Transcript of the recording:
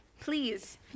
Please